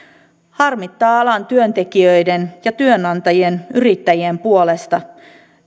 harmittaa alan työntekijöiden ja työnantajien yrittäjien puolesta